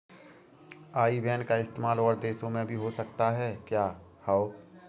आई बैन का इस्तेमाल और देशों में भी हो सकता है क्या?